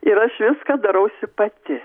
ir aš viską darausi pati